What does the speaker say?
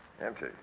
Empty